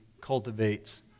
cultivates